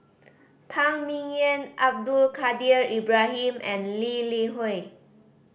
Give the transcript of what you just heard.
Phan Ming Yen Abdul Kadir Ibrahim and Lee Li Hui